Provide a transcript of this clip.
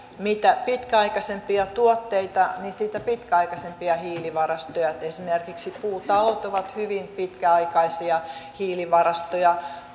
mitä pitkäaikaisempia tuotteita sitä pitkäaikaisempia hiilivarastoja esimerkiksi puutalot ovat hyvin pitkäaikaisia hiilivarastoja